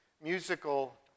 musical